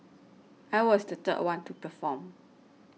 I was the third one to perform